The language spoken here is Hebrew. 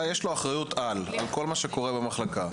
יש לו אחריות-על על כל מה שקורה במחלקה.